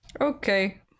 Okay